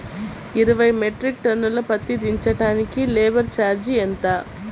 ఇరవై metric ton పత్తి దించటానికి లేబర్ ఛార్జీ ఎంత?